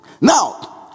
Now